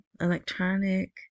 electronic